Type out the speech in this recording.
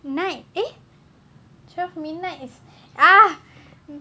night eh twelve midnight is ah